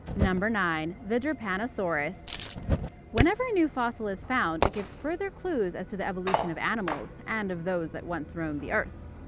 nine. the drepanosaurus whenever a new fossil is found, it gives further clues as to the evolution of animals, and of those that once roamed the earth.